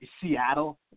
Seattle